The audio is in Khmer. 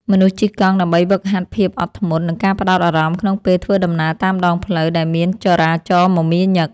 មនុស្សជិះកង់ដើម្បីហ្វឹកហាត់ភាពអត់ធ្មត់ និងការផ្ដោតអារម្មណ៍ក្នុងពេលធ្វើដំណើរតាមដងផ្លូវដែលមានចរាចរណ៍មមាញឹក។